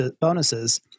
bonuses